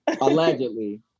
allegedly